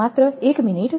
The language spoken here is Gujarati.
માત્ર એક મિનિટ